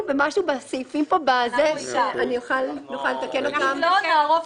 במשהו מהסעיפים פה שאני אוכל לתקן אותם.